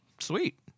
Sweet